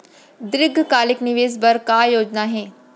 दीर्घकालिक निवेश बर का योजना हे?